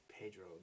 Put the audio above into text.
Pedro